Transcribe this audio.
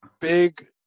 big